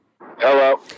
hello